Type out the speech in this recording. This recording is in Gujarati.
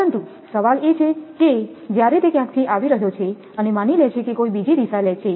પરંતુ સવાલ એ છે કે જ્યારે તે ક્યાંકથી આવી રહ્યો છે અને માની લે છે કે કોઈ બીજી દિશા લે છે